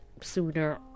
sooner